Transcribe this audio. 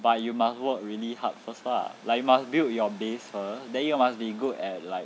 but you must work really hard first lah like you must build your base first then you must be good at like